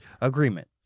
agreement